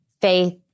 faith